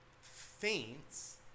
faints